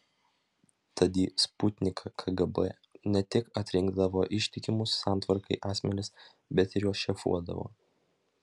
tad į sputniką kgb ne tik atrinkdavo ištikimus santvarkai asmenis bet ir juos šefuodavo